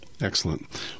Excellent